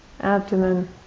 abdomen